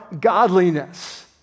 godliness